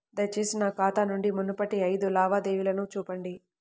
దయచేసి నా ఖాతా నుండి మునుపటి ఐదు లావాదేవీలను చూపండి